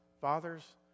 fathers